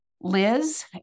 Liz